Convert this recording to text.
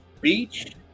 beach